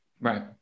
Right